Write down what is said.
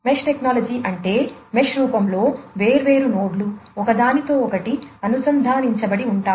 mesh topology అంటే mesh రూపంలో వేర్వేరు నోడ్లు ఒకదానితో ఒకటి అనుసంధానించబడి ఉంటాయి